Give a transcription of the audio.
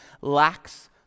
lacks